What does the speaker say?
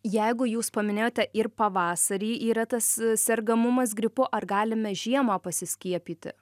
jeigu jūs paminėjote ir pavasarį yra tas sergamumas gripu ar galime žiemą pasiskiepyti